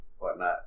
whatnot